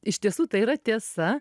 iš tiesų tai yra tiesa